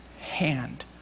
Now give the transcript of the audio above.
hand